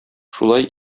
шулай